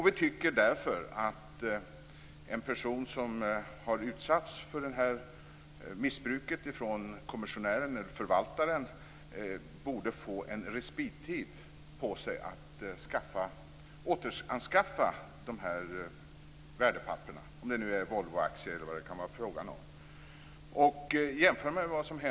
Vi tycker därför att en person som har utsatts för det missbruket från kommissionären/förvaltaren borde få respit att återanskaffa värdepapperen - Volvoaktier eller vad det nu kan vara.